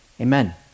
Amen